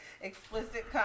Explicit